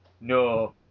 no